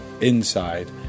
inside